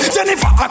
Jennifer